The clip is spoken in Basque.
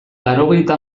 laurogeita